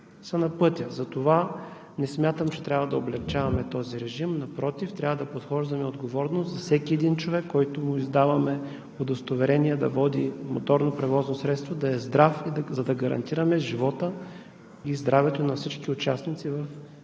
са на пътя. Затова не смятам, че трябва да облекчаваме този режим. Напротив, трябва да подхождаме отговорно за всеки един човек, на който му издаваме удостоверение да води моторно превозно средство, да е здрав, за да гарантираме живота и здравето на всички участници в движението